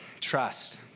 trust